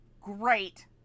great